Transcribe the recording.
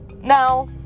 now